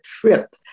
trip